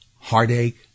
heartache